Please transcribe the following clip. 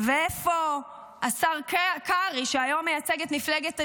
ואיפה השר קרעי, שהיום מייצג את מפלגת הליכוד,